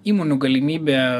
įmonių galimybė